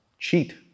cheat